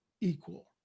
equal